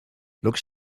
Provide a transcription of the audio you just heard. looks